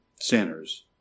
sinners